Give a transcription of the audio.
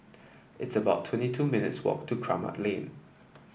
it's about twenty two minutes' walk to Kramat Lane